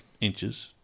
inches